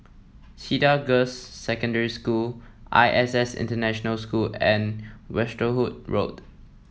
Cedar Girls' Secondary School I S S International School and Westerhout Road